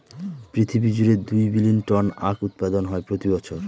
পৃথিবী জুড়ে দুই বিলীন টন আখ উৎপাদন হয় প্রতি বছর